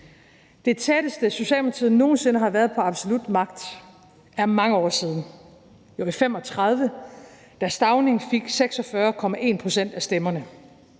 det tætteste, Socialdemokratiet nogen sinde har været på absolut magt, er mange år siden. Det var i 1935, da Stauning fik 46,1 pct. af stemmerne.